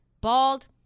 Bald